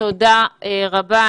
תודה רבה,